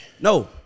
No